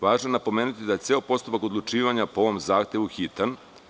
Važno je napomenuti da je ceo postupak odlučivanja po ovom zahtevu hitan.